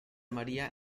maría